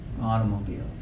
Automobiles